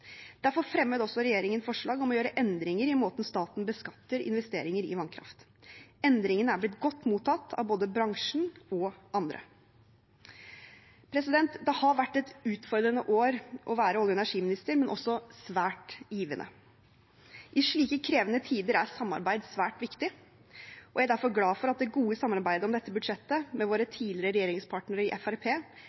Derfor fremmer også regjeringen forslag om å gjøre endringer i måten staten beskatter investeringer i vannkraft. Endringene er blitt godt mottatt av både bransjen og andre. Det har vært et utfordrende år å være olje- og energiminister, men også svært givende. I slike krevende tider er samarbeid svært viktig, og jeg er derfor glad for at det gode samarbeidet om dette budsjettet med vår tidligere